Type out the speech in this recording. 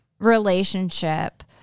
relationship